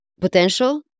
potential